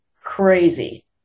crazy